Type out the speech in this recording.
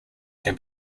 can